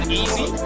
easy